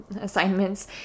assignments